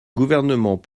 gouvernement